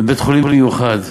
זה בית-חולים מיוחד.